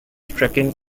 trekking